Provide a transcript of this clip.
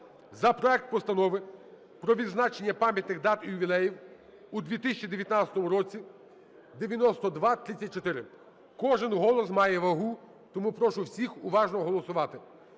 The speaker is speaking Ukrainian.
за проект Постанови про відзначення пам'ятних дат і ювілеїв у 2019 році (9234). Кожен голос має вагу, тому прошу всіх уважно голосувати.